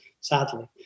sadly